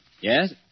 Yes